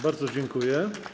Bardzo dziękuję.